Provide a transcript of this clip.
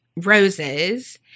roses